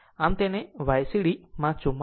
આમ તેને આને YCD માં 44